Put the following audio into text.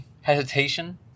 hesitation